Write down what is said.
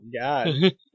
God